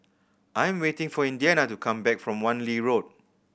I am waiting for Indiana to come back from Wan Lee Road